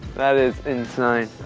that is insane